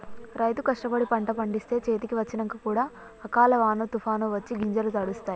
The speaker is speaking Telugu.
రైతు కష్టపడి పంట పండిస్తే చేతికి వచ్చినంక కూడా అకాల వానో తుఫానొ వచ్చి గింజలు తడుస్తాయ్